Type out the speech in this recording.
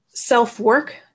self-work